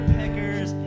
peckers